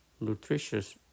nutritious